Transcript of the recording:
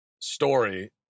story